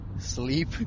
Sleep